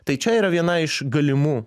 tai čia yra viena iš galimų